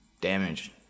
damage